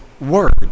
word